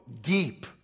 deep